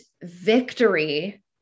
Victory